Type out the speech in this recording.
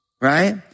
Right